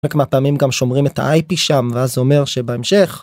חלק מהפעמים גם שומרים את ה-IP שם, ואז זה אומר שבהמשך...